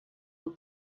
will